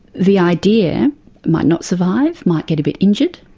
the idea might not survive, might get a bit injured,